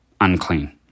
unclean